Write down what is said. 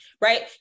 right